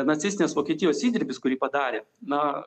nacistinės vokietijos įdirbis kurį padarė na